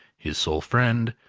his sole friend,